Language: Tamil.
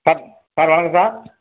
சார் சார் வணக்கம் சார்